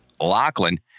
Lachlan